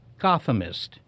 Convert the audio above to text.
Gothamist